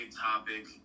topic